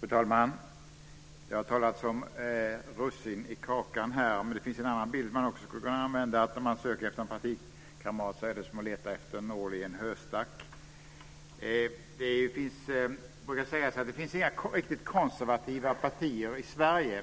Fru talman! Det har talats om russin i kakan här, men det finns också en annan bild som man skulle kunna använda: Att söka efter en kamrat är som att leta efter en nål i en höstack. Det brukar sägas att det inte finns några riktigt konservativa partier i Sverige,